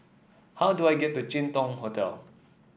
how do I get to Jin Dong Hotel